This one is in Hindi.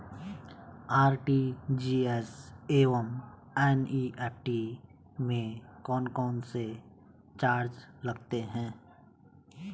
आर.टी.जी.एस एवं एन.ई.एफ.टी में कौन कौनसे चार्ज लगते हैं?